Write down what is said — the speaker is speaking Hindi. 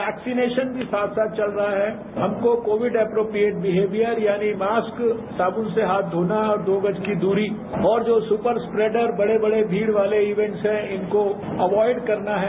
वैक्सीनेशन साथ साथ चल रहा है हमको कोविड एप्रोप्रियेट बिहेवियर यानी मास्क साबुन से हाथ धोना है और दो गज की दूरी और जो बड़े बड़े भीड़ वाले इवेंट्स हैं इनको अवॉयड करना है